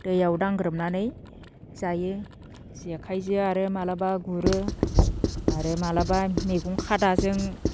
दैयाव दांग्रोमनानै जायो जेखाइजों आरो माब्लाबा गुरो आरो माब्लाबा मैगं खादाजों